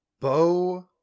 Bow